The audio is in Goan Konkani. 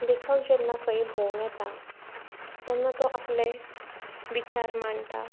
लेखक जेन्ना खंयी भोंवून येता तेन्ना तो आपलें विचार मांडटा